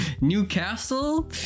Newcastle